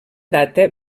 data